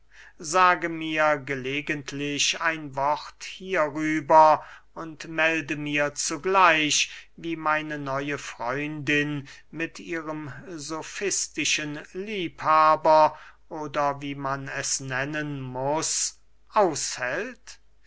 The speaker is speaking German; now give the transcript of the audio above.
sage mir gelegenheitlich ein wort hierüber und melde mir zugleich wie meine neue freundin mit ihrem sofistischen liebhaber oder wie man es nennen muß haushält